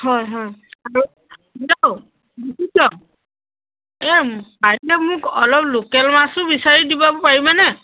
হয় হয় আৰু হেল্ল' বিচিত্ৰ এই পাৰিলে মোক অলপ লোকেল মাছো বিচাৰি দিব পাৰিবানে